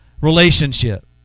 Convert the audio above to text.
relationship